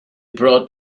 brought